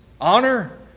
honor